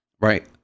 right